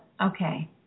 okay